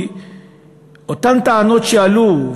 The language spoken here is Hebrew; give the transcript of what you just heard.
כי אותן טענות שעלו,